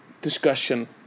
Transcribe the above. discussion